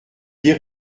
dis